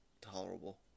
Tolerable